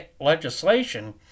legislation